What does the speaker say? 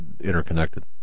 interconnected